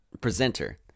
presenter